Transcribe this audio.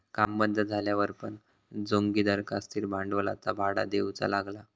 काम बंद झाल्यावर पण जोगिंदरका स्थिर भांडवलाचा भाडा देऊचा लागला